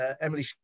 Emily